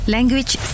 Language